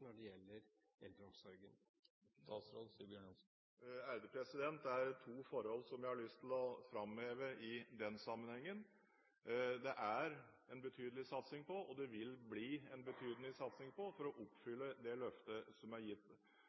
når det gjelder eldreomsorgen, ikke kan oppfylles? Det er to forhold som jeg har lyst til å framheve i den sammenhengen. Det er en betydelig satsing på, og det vil bli en betydelig satsing på, å oppfylle det løftet som er gitt.